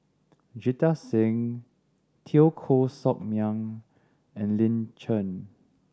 Jita Singh Teo Koh Sock Miang and Lin Chen